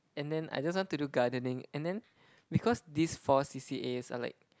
and then I just want to do gardening and then because this four C_C_As are like